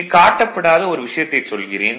இங்கு காட்டப்படாத ஒரு விஷயத்தைச் சொல்கிறேன்